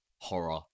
horror